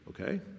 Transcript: Okay